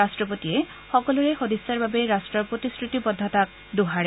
ৰট্টপতিয়ে সকলোৰে সদ্দিচ্ছাৰ বাবে ৰাষ্ট্ৰৰ প্ৰতিশ্ৰুতিবদ্ধতাক দোহাৰে